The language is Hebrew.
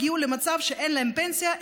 הגיעו למצב שאין להם פנסיה,